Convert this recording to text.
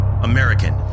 American